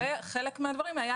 חלק מן הדברים היה